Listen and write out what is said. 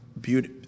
beauty